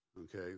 okay